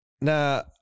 Now